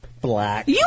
Black